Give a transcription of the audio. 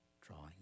drawing